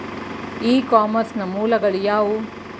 E commerce ನ ಮೂಲಗಳು ಯಾವುವು?